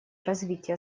развития